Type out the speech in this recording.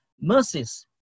mercies